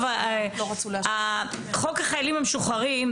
חוק החיילים המשוחררים,